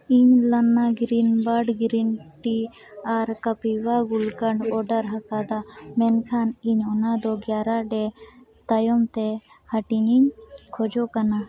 ᱤᱧ ᱞᱟᱱᱟ green bird green tea ᱟᱨ ᱠᱟᱯᱤᱵᱷᱟ ᱜᱩᱞᱠᱟᱱᱰ ᱚᱰᱟᱨ ᱟᱠᱟᱫᱟ ᱢᱮᱱᱠᱷᱟᱱ ᱤᱧ ᱚᱱᱟᱫᱚ ᱜᱮᱭᱟᱨᱟᱰᱮ ᱛᱟᱭᱚᱢᱛᱮ ᱦᱟᱹᱴᱤᱧᱤᱧ ᱠᱷᱚᱡᱚᱜ ᱠᱟᱱᱟ